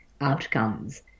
outcomes